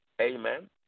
Amen